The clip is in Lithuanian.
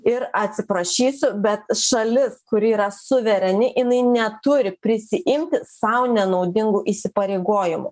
ir atsiprašysiu bet šalis kuri yra suvereni jinai neturi prisiimti sau nenaudingų įsipareigojimų